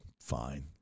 Fine